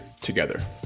together